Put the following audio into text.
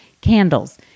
candles